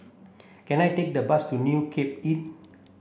can I take the bus to New Cape Inn